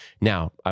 Now